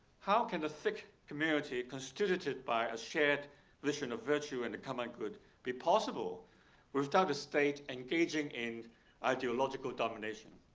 how can a thick community constituted by a shared vision of virtue and a common good be possible without the state engaging in ideological domination?